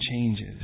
changes